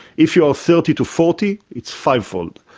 if you are thirty to forty it's five-fold,